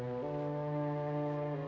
oh